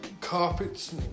Carpets